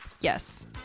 Yes